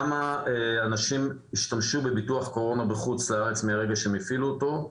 כמה אנשים השתמשו בביטוח קורונה בחוץ לארץ מרגע שהם הפעילו אותו,